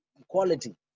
equality